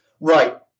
right